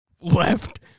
left